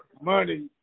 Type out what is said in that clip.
money